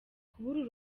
kubura